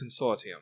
Consortium